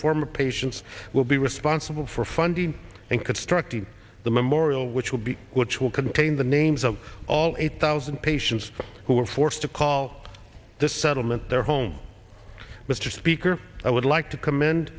former patients will be responsible for funding and constructing the memorial which will be which will contain the names of all eight thousand patients who were forced to call this settlement their home mr speaker i would like to com